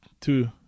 two